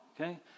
Okay